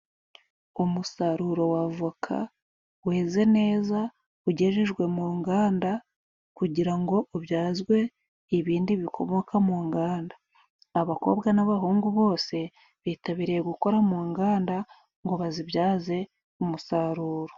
Umusaruro w'avoka weze neza ugejejwe mu nganda kugira ngo ubyazwe ibindi bikomoka mu nganda. Abakobwa n'abahungu bose bitabiriye gukora mu nganda ngo bazibyaze umusaruro.